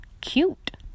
cute